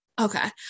okay